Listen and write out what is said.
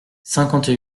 cinquante